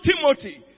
Timothy